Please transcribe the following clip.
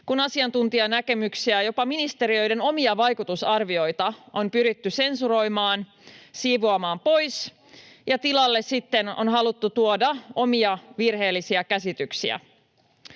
kun asiantuntijanäkemyksiä ja jopa ministeriöiden omia vaikutusarvioita on pyritty sensuroimaan, siivoamaan pois, ja tilalle sitten on haluttu tuoda omia virheellisiä käsityksiä.